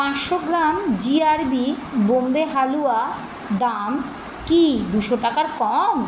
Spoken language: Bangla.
পাঁচশো gram G R B Bombay halwa দাম কি দুশো টাকার কম